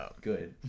good